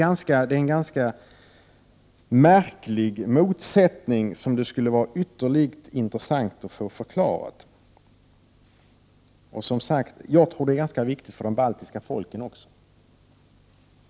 Det är en ganska märklig motsättning som det skulle vara ytterligt intressant att få förklarad. Och, som sagt, jag tror att det är ganska viktigt för de baltiska folken också.